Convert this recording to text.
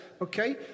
Okay